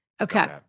Okay